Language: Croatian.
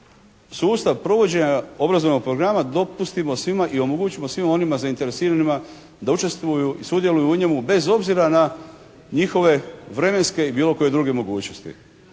sustav provođenja obrazovnog programa dopustimo svima i omogućimo svima onima zainteresiranima da učestvuju i sudjeluju u njemu bez obzira na njihove vremenske i bilo koje druge mogućnosti